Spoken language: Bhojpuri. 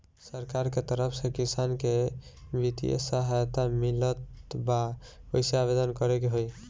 सरकार के तरफ से किसान के बितिय सहायता मिलत बा कइसे आवेदन करे के होई?